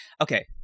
Okay